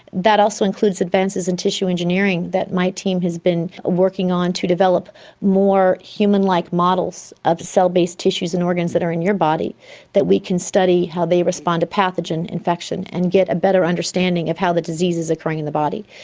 that also includes advances in tissue engineering that my team has been working on to develop more human-like like models of cell-based tissues and organs that are in your body that we can study how they respond to pathogen infection and get a better understanding of how the disease is occurring in the body.